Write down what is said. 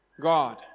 God